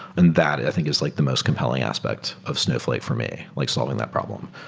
and that i think is like the most compelling aspects of snowflake for me, like solving that problem.